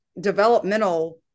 developmental